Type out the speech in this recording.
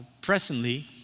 presently